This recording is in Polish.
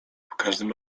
każdym